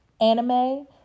anime